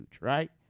right